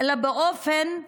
אלא באופן כללי.